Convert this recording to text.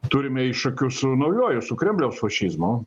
turime iššūkių su naujuoju su kremliaus fašizmu